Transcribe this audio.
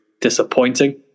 disappointing